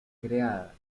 creada